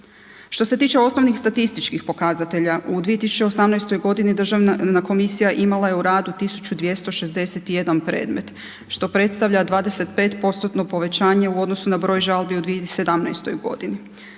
Što se tiče osnovnih statističkih pokazatelja u 2018. godini državna komisija imala je u radu 1261 predmet što predstavlja 25%-tno povećanje u odnosu na broj žalbi u 2017. godini.